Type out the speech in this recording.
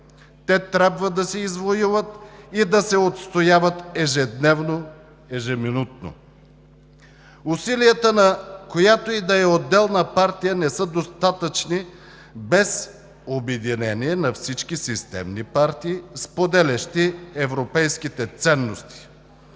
Те трябва да се извоюват и да се отстояват ежедневно, ежеминутно. Усилията на която и да е отделна партия, не са достатъчни без обединение на всички системни партии, споделящи европейските ценности.